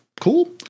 cool